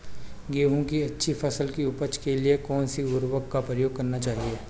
गेहूँ की अच्छी फसल की उपज के लिए कौनसी उर्वरक का प्रयोग करना चाहिए?